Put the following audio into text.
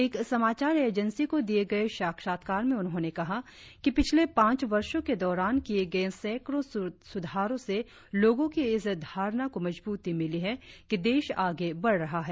एक समाचार एजेंसी को दिए गए साक्षात्कार में उन्होंने कहा कि पिछले पांच वर्षो के दौरान किए गए सैंकड़ों सुधारों से लोगों की इस धारणा को मजबूती मिली है कि देश आगे बढ़ रहा है